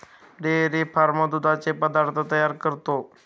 dairy farm दुधाचे पदार्थ तयार करतो